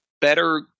better